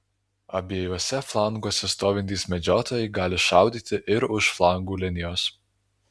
abiejuose flanguose stovintys medžiotojai gali šaudyti ir už flangų linijos